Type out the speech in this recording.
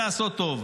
לעשות טוב,